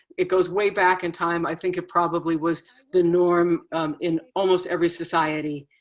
it goes way back in time. i think it probably was the norm in almost every society.